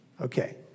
Okay